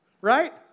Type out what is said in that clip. Right